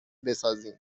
بسازیم